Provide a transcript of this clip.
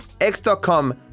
X.com